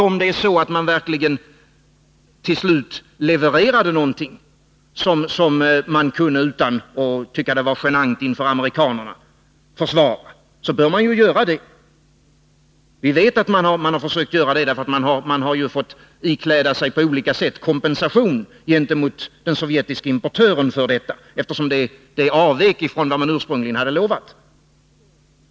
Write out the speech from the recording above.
Om man till slut verkligen leverade någonting som man utan att känna det genant kunde försvara inför amerikanarna, då bör man ju göra det. Vi vet att man försökte ersätta delar av den strategiska teknologin, för man har på olika sätt fått ikläda sig att kompensera den sovjetiske importören för att leveransen avvek från vad man ursprungligen hade lovat.